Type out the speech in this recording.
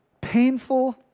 painful